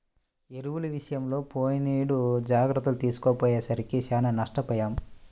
ఎరువుల విషయంలో పోయినేడు జాగర్తలు తీసుకోకపోయేసరికి చానా నష్టపొయ్యాం